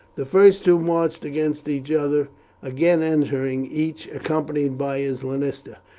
the first two matched against each other again entering, each accompanied by his lanista.